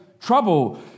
trouble